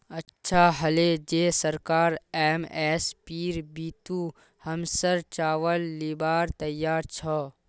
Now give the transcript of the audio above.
अच्छा हले जे सरकार एम.एस.पीर बितु हमसर चावल लीबार तैयार छ